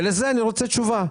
ולזה אני רוצה תשובה.